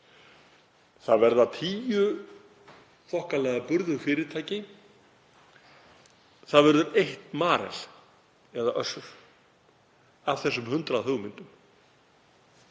Það verða tíu þokkalega burðug fyrirtæki. Það verður eitt Marel eða Össur af þessum 100 hugmyndum.